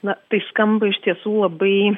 na tai skamba iš tiesų labai